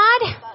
God